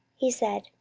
he said,